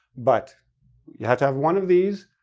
but you have to have one of these,